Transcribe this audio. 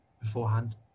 beforehand